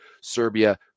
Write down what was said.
Serbia